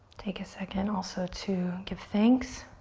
take a second also to give thanks